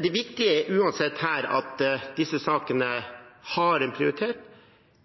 Det viktige er uansett at disse sakene har en prioritet